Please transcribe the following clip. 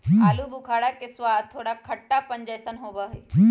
आलू बुखारा के स्वाद थोड़ा खट्टापन जयसन होबा हई